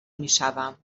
میشوم